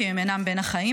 כי הם אינם בין החיים,